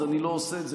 אז אני לא עושה את זה,